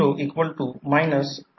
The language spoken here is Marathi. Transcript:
तर सोप्पे जाण्यासाठी लॉस खूप कमी होईल